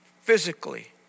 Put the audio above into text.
physically